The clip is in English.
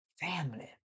family